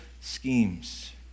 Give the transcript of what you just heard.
schemes